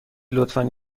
لطفا